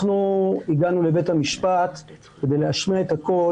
הגענו לבית המשפט כדי להשמיע את הקול